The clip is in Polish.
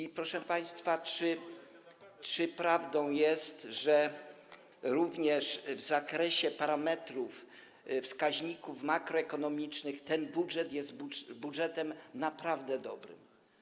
I, proszę państwa, czy prawdą jest, że również w zakresie parametrów, wskaźników makroekonomicznych ten budżet jest budżetem naprawdę dobrym?